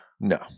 No